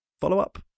follow-up